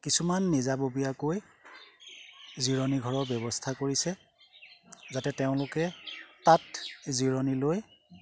কিছুমান নিজাববীয়াকৈ জিৰণিঘৰৰ ব্যৱস্থা কৰিছে যাতে তেওঁলোকে তাত জিৰণি লৈ